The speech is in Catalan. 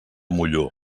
molló